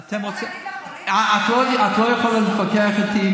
את לא יכולה להתווכח איתי